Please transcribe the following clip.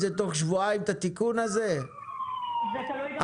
זה גם לרשויות מינהליות אחרות אם הן יחקרו.